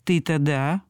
tai tada